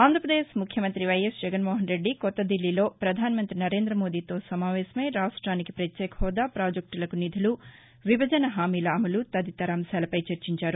ఆంధ్రాపదేశ్ ముఖ్యమంతి వైఎస్ జగన్మోహన్రెడ్డి కొత్త దిల్లీలో ప్రధానమంతి నరేంద్ర మోదీతో సమావేశమై రాష్టనికి పత్యేక హెూదా పాజెక్టలకు నిధులు విభజన హామీల అమలు తదితర అంశాలపై చర్చించారు